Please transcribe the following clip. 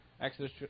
Exodus